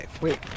Wait